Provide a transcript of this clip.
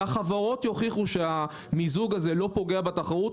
כשהחברות יוכיחו שהמיזוג הזה לא פוגע בתחרות,